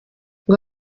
ngo